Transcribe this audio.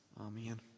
amen